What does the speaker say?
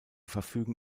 verfügen